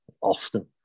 often